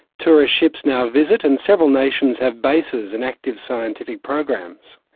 tourist ships now visit and several nations have bases and active scientific programs.